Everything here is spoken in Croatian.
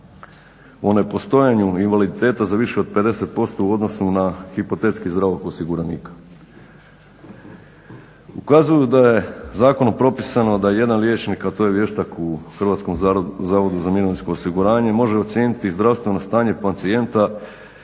o nepostojanju invaliditeta za više od 50% u odnosu na hipotetski zdravog osiguranika. Ukazuju da ju u zakonu propisano da jedan liječnika, a to je vještak u Hrvatskom zavodu za